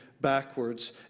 backwards